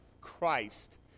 Christ